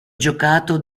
giocato